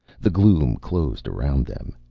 the gloom closed around them.